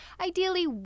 ideally